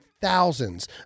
thousands